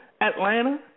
Atlanta